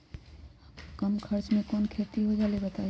कम खर्च म कौन खेती हो जलई बताई?